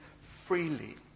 freely